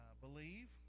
believe